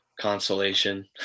consolation